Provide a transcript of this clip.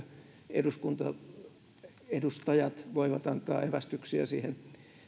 edustajat voivat antaa evästyksiä siihen